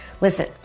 Listen